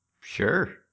sure